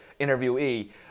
interviewee